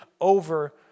over